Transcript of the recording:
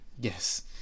yes